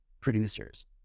producers